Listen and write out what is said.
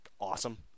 awesome